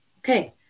Okay